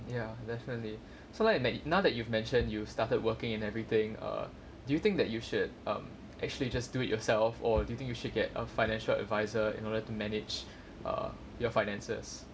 ya definitely so now that now that you have mentioned you started working and everything err do you think that you should um actually just do it yourself or do you think you should get a financial advisor in order to manage err your finances